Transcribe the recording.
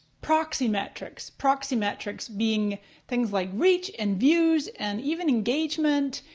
proxy metrics. proxy metrics being things like reach and views and even engagement.